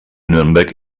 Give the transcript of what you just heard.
nürnberg